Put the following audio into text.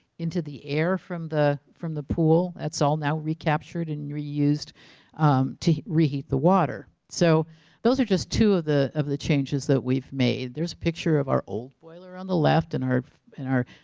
into the air from the from the pool, that's all now recaptured and reused to reheat the water. so those are just two of the of the changes that we've made. there's a picture of our old boiler on the left and our, and